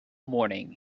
morning